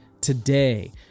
today